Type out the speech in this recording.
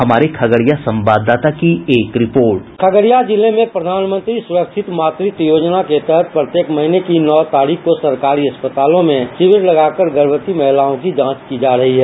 हमारे खगड़िया संवाददाता की एक रिपोर्ट साउंड बाईट खगड़िया जिले में प्रधानमंत्री सुरक्षित मातृत्व योजना के तहत प्रत्येक महीने की नौ तारीख को सरकारी अस्पतालों में शिविर लगाकर गर्मवती महिलाओं की जांच की जा रही है